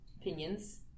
opinions